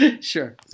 sure